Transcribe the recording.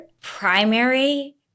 primary